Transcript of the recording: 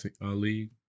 league